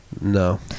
No